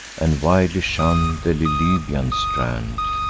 and widely shun the lilybaean strand,